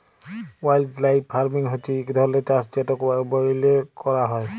wildlife farming হছে ইক ধরলের চাষ যেট ব্যইলে ক্যরা হ্যয়